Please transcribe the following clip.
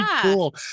cool